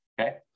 Okay